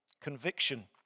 conviction